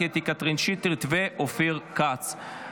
קטי קטרין שטרית ואופיר כץ.